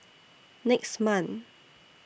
next month